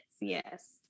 Yes